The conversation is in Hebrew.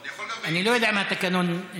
אני יכול גם, אני לא יודע אם התקנון מרשה.